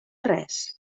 res